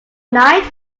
night